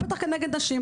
ובטח כנגד נשים.